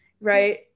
right